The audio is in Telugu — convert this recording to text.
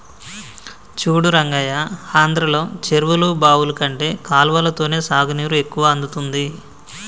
చూడు రంగయ్య ఆంధ్రలో చెరువులు బావులు కంటే కాలవలతోనే సాగునీరు ఎక్కువ అందుతుంది